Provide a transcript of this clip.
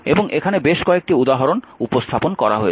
এবং এখানে বেশ কয়েকটি উদাহরণ উপস্থাপন করা হয়েছে